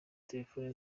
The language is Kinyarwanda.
telefone